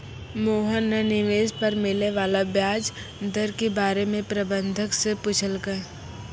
मोहन न निवेश पर मिले वाला व्याज दर के बारे म प्रबंधक स पूछलकै